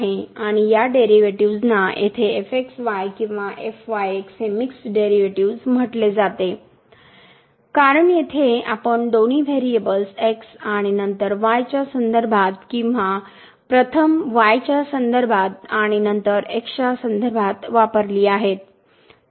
आणि या डेरिव्हेटिव्हज ना येथे किंवा हे मिक्स्ड डेरिव्हेटिव्हज म्हटले जाते कारण येथे आपण दोन्ही व्हेरिएबल्स x आणि नंतर y च्या संदर्भात किंवा प्रथम y च्या संदर्भात आणि नंतर x च्या संदर्भात वापरली आहेत